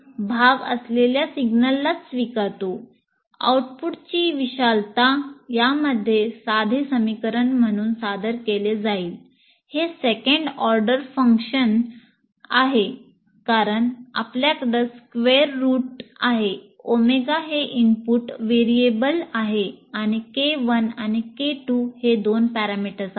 आणि K 1 आणि K 2 हे दोन पॅरामीटर्स आहेत